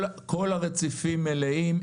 כל הרציפים מלאים.